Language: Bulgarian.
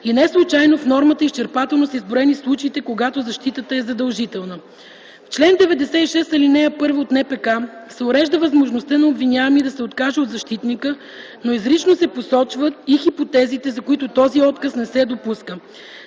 и неслучайно в нормата изчерпателно са изброени случаите, когато защитата е задължителна. В чл. 96, ал. 1 от НПК се урежда възможността на обвиняемия да се откаже от защитника, но изрично се посочват и хипотезите, за които този отказ не се допуска.